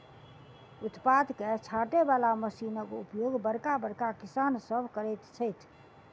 उत्पाद के छाँटय बला मशीनक उपयोग बड़का बड़का किसान सभ करैत छथि